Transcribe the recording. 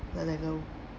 a little